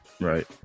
right